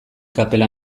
kapela